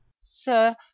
sir